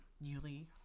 newly